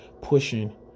pushing